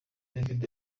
david